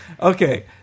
Okay